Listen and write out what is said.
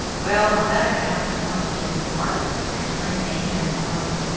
well! on that account i want to join the party, and to bring may and her mother.